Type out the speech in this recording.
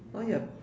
all your